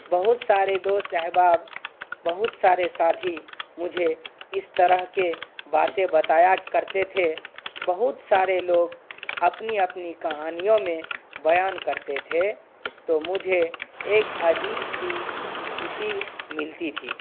بہت سارے دوست احباب بہت سارے ساتھی مجھے اس طرح کی باتیں بتایا کرتے تھے بہت سارے لوگ اپنی اپنی کہانیوں میں بیان کرتے تھے تو مجھے ایک عجیب سی خوشی ملتی تھی